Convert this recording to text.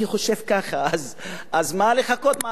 אני חושב ככה אז למה לחכות?